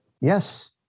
Yes